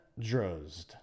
Drozd